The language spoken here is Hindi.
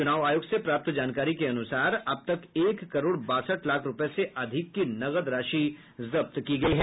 चुनाव आयोग से प्राप्त जानकारी के अनुसार अब तक एक करोड़ बासठ लाख रूपये से अधिक की नकद राशि जब्त की गयी है